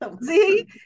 see